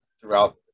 throughout